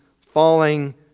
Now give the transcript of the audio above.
falling